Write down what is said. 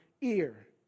ear